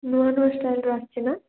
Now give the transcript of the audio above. ନୂଆ ନୂଆ ଷ୍ଟାଇଲ୍ର ଆସିଛି ନା